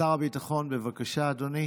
שר הביטחון, בבקשה, אדוני.